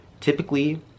Typically